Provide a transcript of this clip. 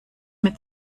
mit